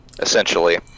essentially